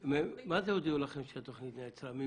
--- מה זה הודיעו לכם שהתוכנית נעצרה?